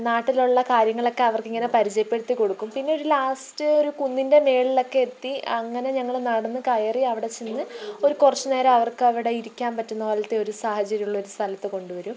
നാട്ടിലുള്ള കാര്യങ്ങളൊക്കെ അവർക്കിങ്ങനെ പരിചയപ്പെടുത്തിക്കൊടുക്കും പിന്നെ ഒരു ലാസ്റ്റ് ഒരു കുന്നിൻ്റെ മുകളിലൊക്കെ എത്തി അങ്ങനെ ഞങ്ങള് നടന്നുകയറി അവിടെ ചെന്ന് ഒരു കുറച്ച് നേരം അവർക്കവിടെ ഇരിക്കാന് പറ്റുന്ന പോലത്തെ ഒരു സാഹചര്യമുള്ള ഒരു സ്ഥലത്തു കൊണ്ടുവരും